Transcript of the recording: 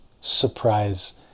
Surprise